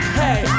hey